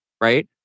right